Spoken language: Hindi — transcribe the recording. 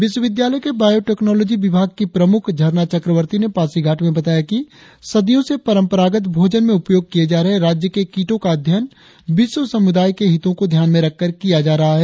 विश्वविद्यालय के बायोटेक्नॉलोजी विभाग के प्रमुख झरना चक्रवर्ती ने पासीघाट में बताया कि सदियों से परंपरागत भोजन में उपयोग किए जा रहे राज्य के कीटों का अध्ययन विश्व समुदाय के हितों को ध्यान में रखकर किया जा रहा है